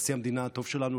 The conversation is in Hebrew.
נשיא המדינה הטוב שלנו,